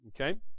Okay